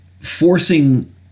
forcing